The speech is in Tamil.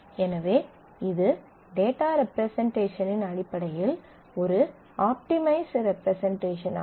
எனவே இது டேட்டா ரெப்ரசன்ட்டேஷனின் அடிப்படையில் இது ஒரு ஆப்டிமைஸ்ட் ரெப்ரசன்ட்டேஷனாகும்